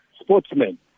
sportsmen